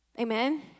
Amen